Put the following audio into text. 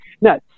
Now